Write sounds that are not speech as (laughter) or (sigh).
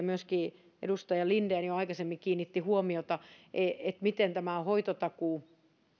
(unintelligible) myöskin edustaja linden jo aikaisemmin kiinnitti huomiota tähän kysymykseen miten hoitotakuu